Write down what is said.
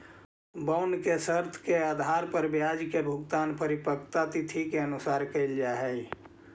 bond के शर्त के आधार पर ब्याज के भुगतान परिपक्वता तिथि के अनुसार कैल जा हइ